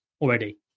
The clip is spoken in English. already